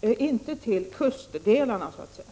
inte till kustlandet.